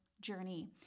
journey